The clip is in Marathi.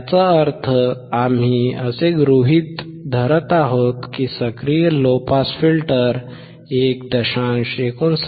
याचा अर्थ आम्ही असे गृहीत धरत आहोत की सक्रिय लो पास फिल्टर 1